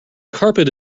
carpet